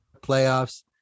playoffs